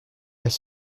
elle